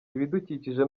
ibidukikije